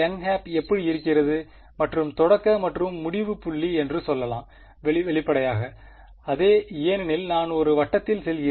n எப்படி இருக்கிறது மற்றும் தொடக்க மற்றும் முடிவு புள்ளி என்று சொல்லலாம் வெளிப்படையாக அதே ஏனெனில் நான் ஒரு வட்டத்தில் செல்கிறேன்